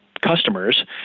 customers